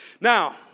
Now